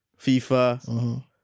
FIFA